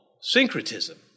syncretism